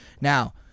Now